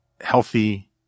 healthy